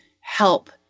help